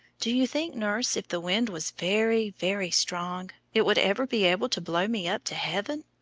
do you think, nurse, if the wind was very, very strong it would ever be able to blow me up to heaven?